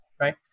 right